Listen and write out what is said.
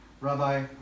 Rabbi